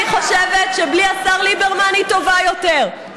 אני חושבת שבלי השר ליברמן היא טובה יותר,